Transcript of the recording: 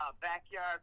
backyard